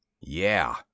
Yeah